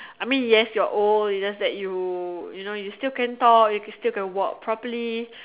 I mean yes you're old you just that you you know you still can talk you still can walk properly